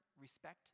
respect